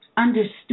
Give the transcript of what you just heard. understood